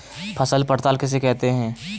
फसल पड़ताल किसे कहते हैं?